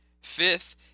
Fifth